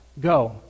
go